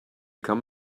come